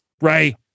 Ray